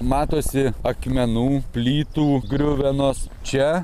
matosi akmenų plytų griuvenos čia